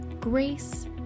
Grace